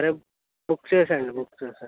సరే బుక్ చేయండి బుక్ చేయండి